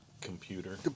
Computer